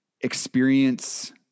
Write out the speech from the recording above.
experience